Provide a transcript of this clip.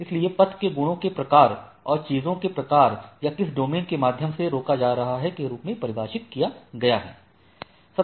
इसलिए पथ को गुणों के प्रकार और चीजों के प्रकार या किस डोमेन के माध्यम से रोका जा रहा है के रूप में परिभाषित किया गया है